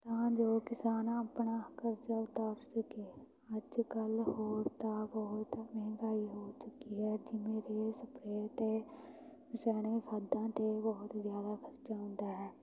ਤਾਂ ਜੋ ਕਿਸਾਨ ਆਪਣਾ ਕਰਜ਼ਾ ਉਤਾਰ ਸਕੇ ਅੱਜ ਕੱਲ੍ਹ ਹੋਰ ਤਾਂ ਬਹੁਤ ਮਹਿੰਗਾਈ ਹੋ ਚੁੱਕੀ ਹੈ ਜਿਵੇਂ ਕਿ ਸਪਰੇਅ ਅਤੇ ਰਸਾਇਣਕ ਖਾਦਾਂ 'ਤੇ ਬਹੁਤ ਜ਼ਿਆਦਾ ਖ਼ਰਚਾ ਹੁੰਦਾ ਹੈ